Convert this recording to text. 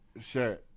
Sure